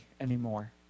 anymore